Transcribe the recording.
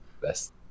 best